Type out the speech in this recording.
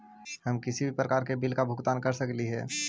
हम किसी भी प्रकार का बिल का भुगतान कर सकली हे?